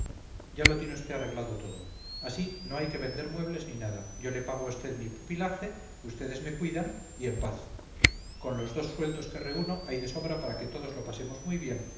ya lo tiene usted arreglado todo así no hay que vender muebles ni nada yo le pago a usted mi pupilaje ustedes me cuidan y en paz con los dos sueldos que reúno hay de sobra para que todos lo pasemos muy bien